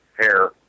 Hair